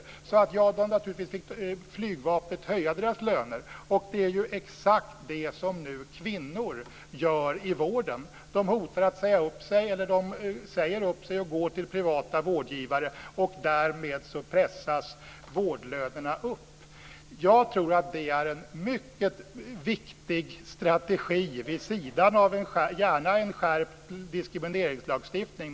Flygvapnet fick naturligtvis höja deras löner. Det är exakt det som nu kvinnor gör i vården. De hotar att säga upp sig eller säger upp sig och går till privata vårdgivare, och därmed pressas vårdlönerna upp. Jag tror att det är en mycket viktig strategi. Gärna en skärpt diskrimineringslagstiftning.